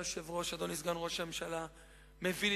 אבל